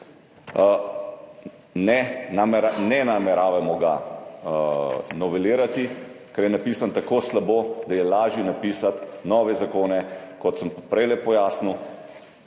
ne nameravamo ga novelirati, ker je napisan tako slabo, da je lažje napisati nove zakone. Kot sem prej pojasnil,